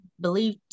believe